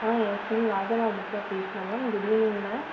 ஆ yes ma'am Raja novelties தான் பேசுகிறோம் ma'am good evening ma'am